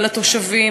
על התושבים,